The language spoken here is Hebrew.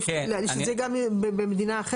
שזה גם במדינה אחרת?